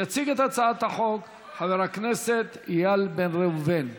יציג את הצעת החוק חבר הכנסת איל בן ראובן.